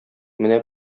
менә